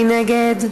מי נגד?